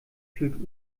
fühlt